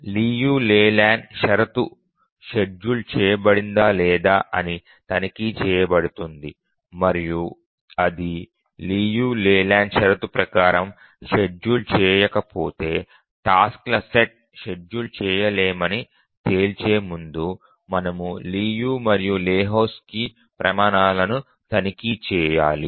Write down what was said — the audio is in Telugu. లియు లేలాండ్ షరతు షెడ్యూల్ చేయబడిందా లేదా అని తనిఖీ చేయబడుతుంది మరియు అది లియు లేలాండ్ షరతు ప్రకారం షెడ్యూల్ చేయకపోతే టాస్క్ ల సెట్ షెడ్యూల్ చేయలేమని తేల్చే ముందు మనము లియు మరియు లెహోజ్కీ ప్రమాణాలను తనిఖీ చేయాలి